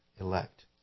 elect